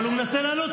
אבל הוא מנסה לענות,